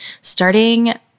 starting